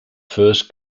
first